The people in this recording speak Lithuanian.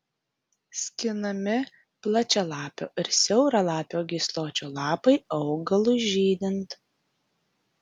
skinami plačialapio ir siauralapio gysločio lapai augalui žydint